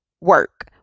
work